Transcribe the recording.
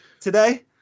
today